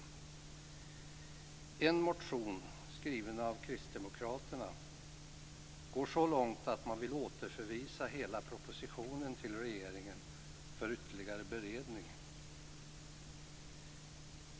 I en motion skriven av Kristdemokraterna går man så långt att man vill återförvisa hela propositionen till regeringen för ytterligare beredning.